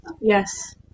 Yes